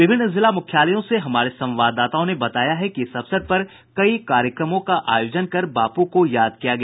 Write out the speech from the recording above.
विभिन्न जिला मुख्यालयों से हमारे संवाददाताओं ने बताया है कि इस अवसर पर कई कार्यक्रमों का आयोजन कर बापू को याद किया गया